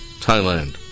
Thailand